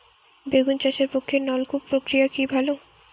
বেগুন চাষের পক্ষে নলকূপ প্রক্রিয়া কি ভালো?